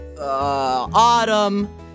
Autumn